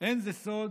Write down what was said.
זה לא סוד